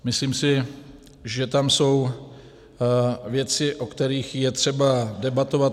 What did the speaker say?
Myslím si, že tam jsou věci, o kterých je třeba debatovat.